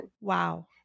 wow